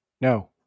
no